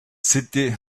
city